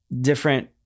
different